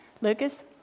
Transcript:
Lucas